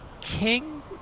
king